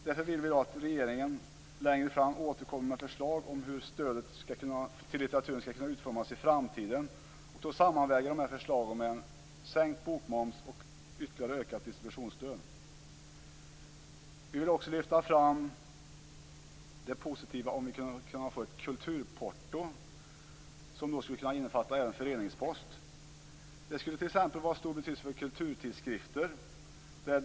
Därför vill vi att regeringen längre fram återkommer med förslag om hur stödet till litteraturen skall kunna utformas i framtiden och då sammanväger dessa förslag med en sänkt bokmoms och ytterligare ökat distributionsstöd. Vänsterpartiet vill också lyfta fram hur positivt det vore om vi kunde få ett kulturporto, som även skulle innefatta föreningspost. Det skulle vara av stor betydelse för t.ex. kulturtidskrifter.